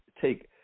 take